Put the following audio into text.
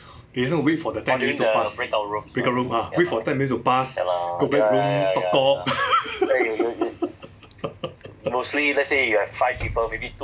they just wait for the ten minutes to pass breakout room ah wait for ten minutes to pass go back room talk talk